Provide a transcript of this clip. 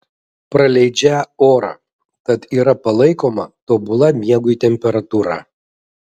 praleidžią orą tad yra palaikoma tobula miegui temperatūra